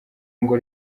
ngo